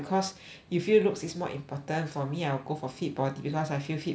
you feel looks is more important for me I will go for fit body because I feel fit body